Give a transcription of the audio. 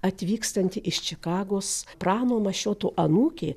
atvykstanti iš čikagos prano mašioto anūkė